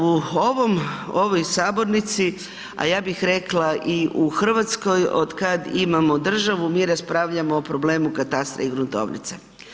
U ovoj sabornici a ja bih rekla i u Hrvatskoj, otkad imamo državu, mi raspravljamo o problemu katastra i gruntovnice.